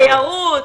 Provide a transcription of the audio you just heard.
תיירות.